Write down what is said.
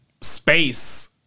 space